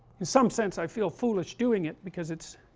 in some sense i feel foolish doing it because it's,